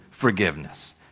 forgiveness